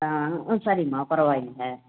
ஆ ஆ சரிம்மா பரவாயில்லை